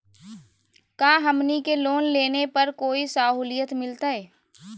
का हमनी के लोन लेने पर कोई साहुलियत मिलतइ?